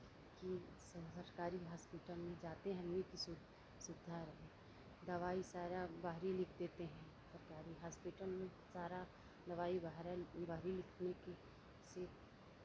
की सब सरकारी हॉस्पिटल में जाते हैं कि सुविधा रहे दवाई सारा बाहरी लिख देते हैं सरकारी हॉस्पिटल में सारा दवाई बाहरी लिखने से